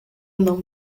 não